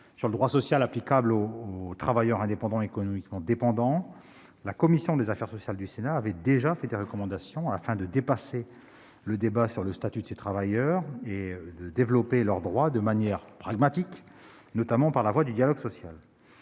sur le droit social applicable aux « travailleurs indépendants économiquement dépendants », la commission des affaires sociales du Sénat avait déjà formulé des recommandations, afin de dépasser le débat sur le statut de ces travailleurs et de développer leurs droits de manière pragmatique, notamment par la voie du dialogue social.